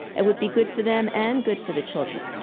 it would be good for them and good for the children